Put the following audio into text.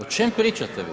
O čemu pričate vi?